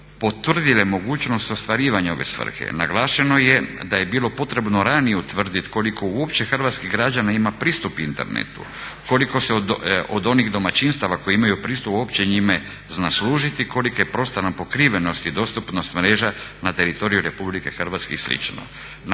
potvrdile mogućnost ostvarivanja ove svrhe. Naglašeno je da je bilo potrebno ranije utvrdit koliko uopće hrvatskih građana ima pristup Internetu, koliko se od onih domaćinstava koja imaju pristup uopće njime zna služiti, kolika je prostorna pokrivenost i dostupnost mreža na teritoriju Republike Hrvatske i sl.